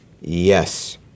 yes